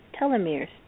telomeres